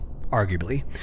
arguably